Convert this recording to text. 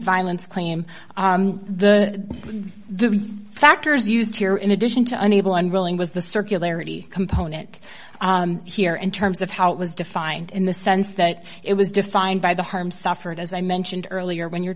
violence claim the the factors used here in addition to unable unwilling was the circularity component here in terms of how it was defined in the sense that it was defined by the harm suffered as i mentioned earlier when you're